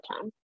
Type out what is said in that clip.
time